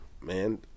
man